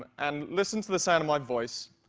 and listen to the sound of my voice.